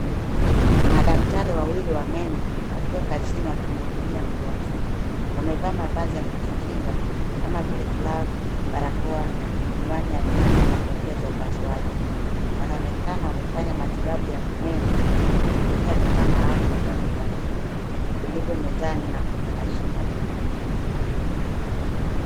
Madaktari wawili wa meno wakiwa kazini wakimhudumia mgonjwa. Wamevaa mavazi ya kujikinga kama vile glavu, barakoa, miwani ya kinga na kofia za upasuaji. Wanaonekana wakifanya matibabu ya meno kwa kutumia vifaa maalum za kitabibu vilivyo mezani na kwenye mashine ya meno.